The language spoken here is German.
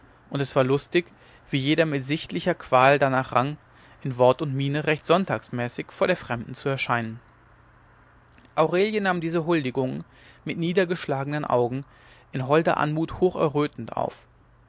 und es war lustig wie jeder mit sichtlicher qual darnach rang in wort und miene recht sonntagsmäßig vor der fremden zu erscheinen aurelie nahm diese huldigungen mit niedergeschlagenen augen in holder anmut hoch errötend auf